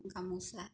গামোচা